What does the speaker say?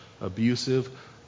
abusive